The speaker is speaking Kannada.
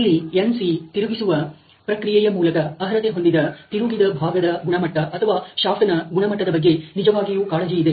ಇಲ್ಲಿ NC ತಿರುಗಿಸುವ ಪ್ರಕ್ರಿಯೆಯ ಮೂಲಕ ಅರ್ಹತೆ ಹೊಂದಿದ ತಿರುಗಿದ ಭಾಗದ ಗುಣಮಟ್ಟ ಅಥವಾ ಶಾಫ್ಟ್ ನ ಗುಣಮಟ್ಟದ ಬಗ್ಗೆ ನಿಜವಾಗಿಯೂ ಕಾಳಜಿ ಇದೆ